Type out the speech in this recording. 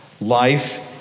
Life